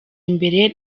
imbere